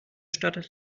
stadt